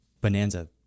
Bonanza